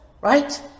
right